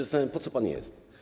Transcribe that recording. Zastanawiam się, po co pan jest.